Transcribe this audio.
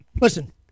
Listen